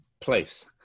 place